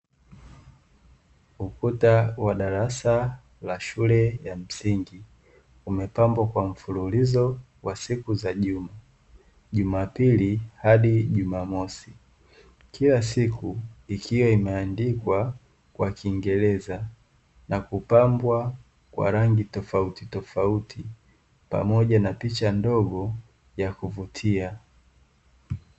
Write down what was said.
Ukuta wa darasa la shule ya msingi umepambwa kwa mfululizo wa siku za juma, jumapili hadi jumamosi. Kila siku ikiwa imeandikwa kwa kiingereza na kupambwa kwa rangi tofauti tofauti pamoja na picha ndogo ya kuvutia.